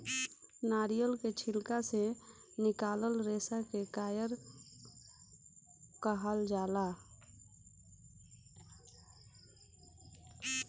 नारियल के छिलका से निकलाल रेसा के कायर कहाल जाला